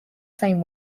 same